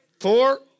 four